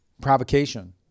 provocation